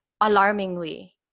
alarmingly